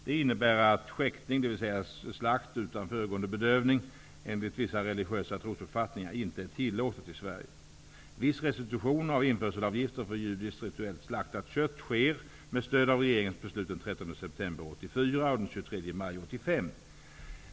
Det innebär att skäktning, dvs. slakt utan föregående bedövning enligt vissa religiösa trosuppfattningar, inte är tillåten i Sverige. Viss restitution av införselavgifter för judiskt rituellt slaktat kött sker med stöd av regeringens beslut den 13 september 1984 och den 23 maj 1985.